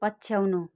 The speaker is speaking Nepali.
पछ्याउनु